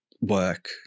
work